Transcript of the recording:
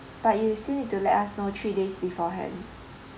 but you still need to let us know three days beforehand